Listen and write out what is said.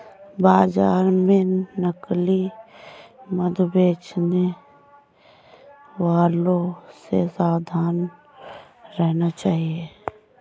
बाजार में नकली मधु बेचने वालों से सावधान रहना चाहिए